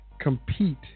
Compete